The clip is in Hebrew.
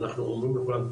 אנחנו אומרים לכולם,